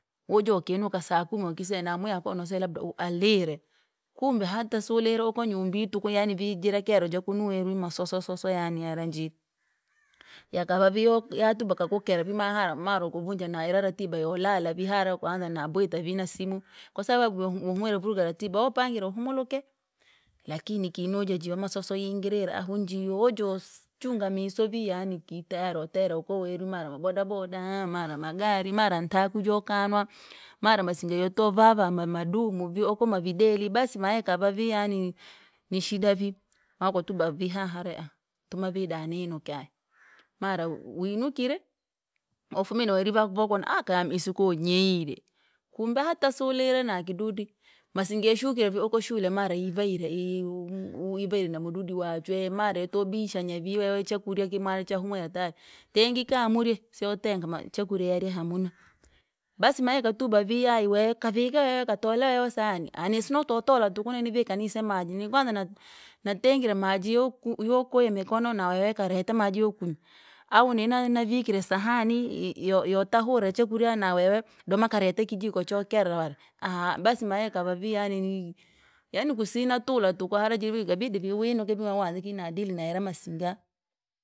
Ujo ukinuka saa kumi wakise ya namwiyaku onoseya labda uhu alire, kumbe hata suilire huko nyumbii, tuku yaani vijira kero jakunu werwi masoso soso yaani yara njire, yakava vio ati vakakukera vi mahaa mara wakavunja na ira ratiba yolala vi ha mawakaanza habwita vi nasimu. Kwasabu wahumwire vuruga ratiba, u wapangire uhumuluke, lakini kinojajujo masosa yingirire ahu jiyo wajochunga miso vi yani kitarautera watera uko werwi mara mabadobadoaa, mara magari, mara ntakwi jokanwaa, mara masinga yotovaa vaa madumu vi ako mavideli, basi mayakavavi yaani, nishida vii, nawakatuba vi haha re aaha tuma vi da naninuke, mara winukire, wofumire nawerwi vivaku vokona aka isiko wanyeyire, kumbe hata suilire na kidudu, masinga yashukire vi oko shule mara yivaire uhu ivayire na mdudi wachu mara yotobishana vi wewe chakurya kimwari chahumwire atari, tengi kamurye siyotenga chakurya yarye hamuna. Basi mayakatuba vi ayi we kavike katole usane. Yaani sino utotola tuku nini vika anise maji nikwanza nat- natengeri maji youk yokoya mikono nawewe karete maji yakuywa. Au nini navikire sahani yo- yotohurina chakurya nawewe, doma karete kijiko chokerera wari, aaha basi mayakava vi yani hii, yaani kusina tula tuku jira yakabidi viwunuke nauanze vi na dili nayara masinga.